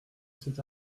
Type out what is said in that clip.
cet